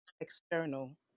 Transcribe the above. external